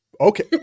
okay